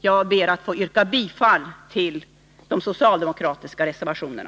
Jag ber att få yrka bifall till de socialdemokratiska reservationerna.